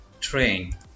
train